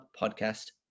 Podcast